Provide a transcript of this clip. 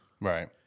Right